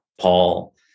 Paul